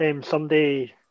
someday